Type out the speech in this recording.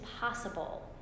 possible